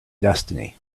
destiny